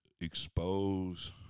expose